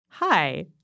Hi